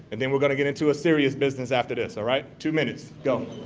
and then we're going to get into a serious business after this, all right? two minutes go